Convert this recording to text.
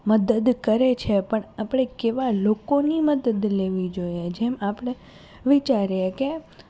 મદદ કરે છે પણ આપણે કેવાં લોકોની મદદ લેવી જોઈએ જેમ આપણે વિચારીએ કે